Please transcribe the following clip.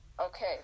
Okay